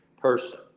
person